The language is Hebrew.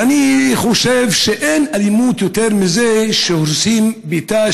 ואני חושב שאין אלימות יותר מזה שהורסים את ביתה